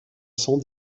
sans